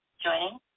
joining